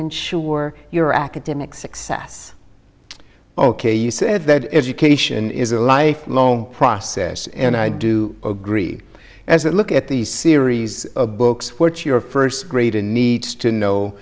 ensure your academic success ok you said that education is a lifelong process and i do agree as a look at the series of books which your first grader needs to know